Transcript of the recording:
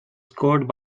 scored